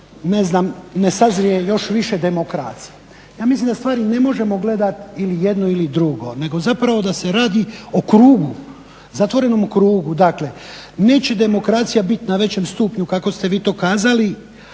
dok ne sazrije još demokracija. Ja mislim da stvari ne možemo gledati ili jedno ili drugo nego da se radi o krugu, zatvorenom krugu. Dakle neće demokracija biti na većem stupnju kako ste vi to kazali